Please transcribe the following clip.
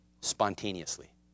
spontaneously